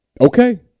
okay